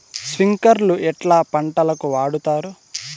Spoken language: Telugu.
స్ప్రింక్లర్లు ఎట్లా పంటలకు వాడుతారు?